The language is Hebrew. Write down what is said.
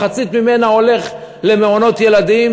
חצי ממנה הולך למעונות ילדים,